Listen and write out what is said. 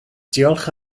diolch